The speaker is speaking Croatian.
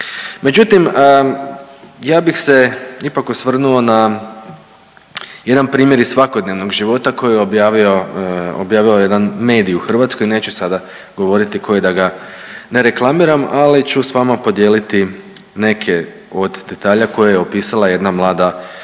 Međutim, ja bih se ipak osvrnuo na jedan primjer iz svakodnevnog živoga koji je objavio jedan medij u Hrvatskoj. Neću sada govoriti koji da ga ne reklamiram, ali ću sa vama podijeliti neke od detalja koje je opisala jedna mlada